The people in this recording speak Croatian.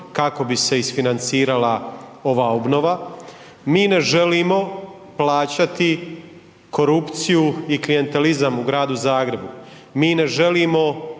kako bi se isfinancirala ova obnova. Mi ne želimo plaćati korupciju i klijentelizam u Gradu Zagrebu, mi ne želimo